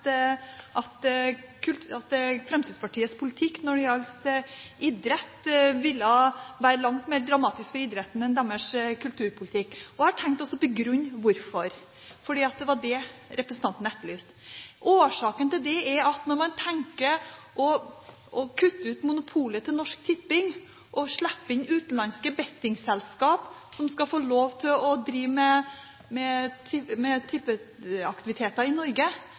har tenkt å begrunne hvorfor, for det var det representanten etterlyste. Årsaken til det er at når man tenker å kutte ut Norsk Tippings monopol og slippe inn utenlandske bettingselskaper som skal få lov til å drive med tippeaktiviteter i Norge, betyr det at pengene forsvinner ut av landet. Pengene kommer ikke idretten til gode, da. Da forsvinner de til de internasjonale bettingselskapene. De fleste av de selskapene har hovedkontorene sine i